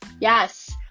Yes